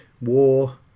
war